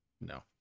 No